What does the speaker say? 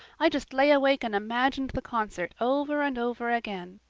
i just lay awake and imagined the concert over and over again.